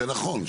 זה נכון.